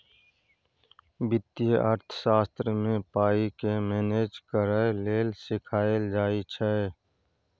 बित्तीय अर्थशास्त्र मे पाइ केँ मेनेज करय लेल सीखाएल जाइ छै